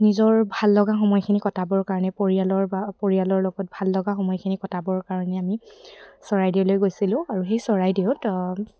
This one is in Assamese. নিজৰ ভাল লগা সময়খিনি কটাবৰ কাৰণে পৰিয়ালৰ বা পৰিয়ালৰ লগত ভাল লগা সময়খিনি কটাবৰ কাৰণে আমি চৰাইদেউলৈ গৈছিলোঁ আৰু সেই চৰাইদেউত